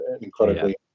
incredibly